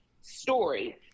story